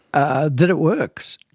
ah that it works,